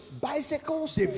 Bicycles